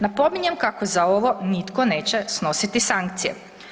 Napominjem kako za ovo nitko neće snositi sankcije.